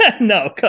No